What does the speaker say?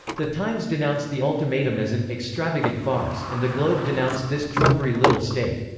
the times denounced the ultimatum as an extravagant farce and the globe denounced this trumpery little state.